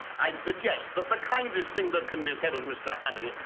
i'd suggest that the kindest thing that can be said of mr. honey.